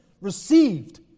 received